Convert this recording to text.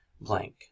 blank